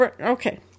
okay